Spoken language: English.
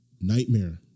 nightmare